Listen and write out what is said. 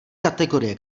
kategorie